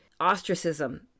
ostracism